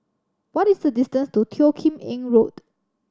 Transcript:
what is the distance to Teo Kim Eng Road